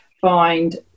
find